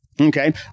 okay